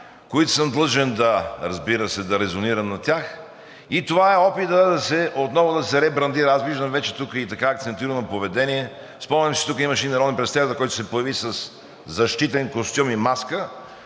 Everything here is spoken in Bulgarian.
които съм длъжен, разбира се, да резонирам над тях и това е опитът отново да се ребрандира. Аз виждам вече тук и така акцентирано поведение. Спомням си, че тук имаше народен представител, който се появи със защитен костюм и маска.